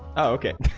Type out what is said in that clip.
okay